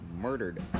murdered